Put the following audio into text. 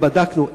ובדקנו,